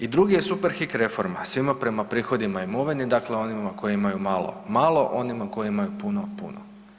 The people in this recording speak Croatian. I drugi je super hik reforma, svima prema prihodima i imovini, dakle onima koji imamo malo malo, onima koji imaju puno puno.